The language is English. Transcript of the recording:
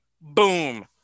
boom